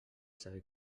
saber